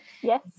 Yes